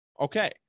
Okay